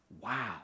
Wow